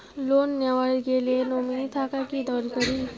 Loan নেওয়ার গেলে nominee থাকা কি দরকারী?